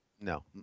No